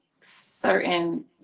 certain